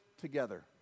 together